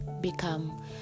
become